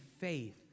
faith